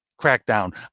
crackdown